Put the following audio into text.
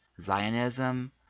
Zionism